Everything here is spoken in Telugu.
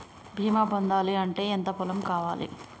బీమా పొందాలి అంటే ఎంత పొలం కావాలి?